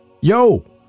yo